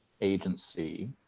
agency